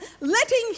letting